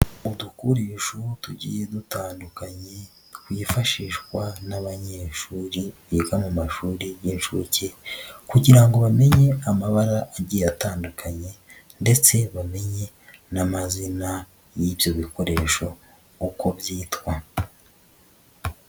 Udukoresho tugiye dutandukanye twifashishwa n'abanyeshuri biga mu mashuri y'inshuke, kugira ngo bamenye amabara agiye atandukanye ndetse bamenye n'amazina y'ibyo bikoresho uko byitwa.